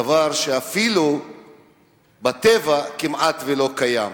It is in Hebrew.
דבר שאפילו בטבע כמעט שלא קיים?